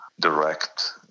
direct